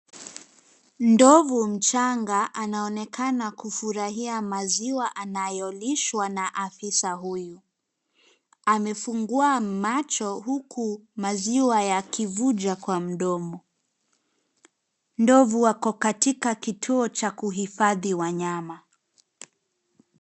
Ndovu mchanga anaonekana kufurahia maziwa anayolishwa na afisa huyu. Amefungua macho huku maziwa yakivuja kwa mdomo. Ndovu ako katika kituo cha kuhifadhi wanyama.